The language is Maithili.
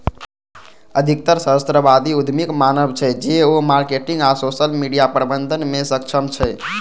अधिकतर सहस्राब्दी उद्यमीक मानब छै, जे ओ मार्केटिंग आ सोशल मीडिया प्रबंधन मे सक्षम छै